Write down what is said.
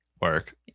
Work